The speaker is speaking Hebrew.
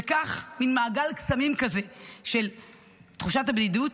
וכך נוצר מין מעגל קסמים כזה של תחושות בדידות